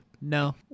No